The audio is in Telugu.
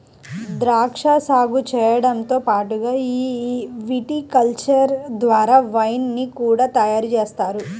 ద్రాక్షా సాగు చేయడంతో పాటుగా ఈ విటికల్చర్ ద్వారా వైన్ ని కూడా తయారుజేస్తారు